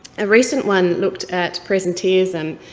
a recent one looked at presenteeism